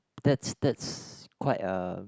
that's that's quite a